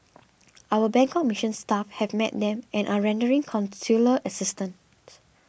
our Bangkok Mission staff have met them and are rendering consular assistance's